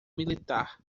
militar